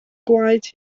gwaed